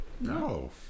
No